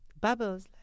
Bubbles